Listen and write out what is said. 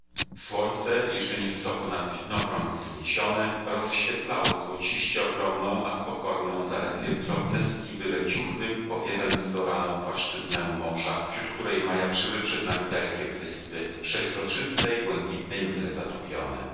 słońce jeszcze nie wysoko nad widnokrąg wzniesione rozświetlało złociście ogromną a spokojną zaledwie w drobne skiby leciuchnym powiewem zoraną płaszczyznę morza wśród której majaczyły przed nami dalekie wyspy w przeźroczystej błękitnej mgle zatopione